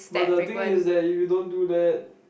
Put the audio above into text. but the thing is that if you don't do that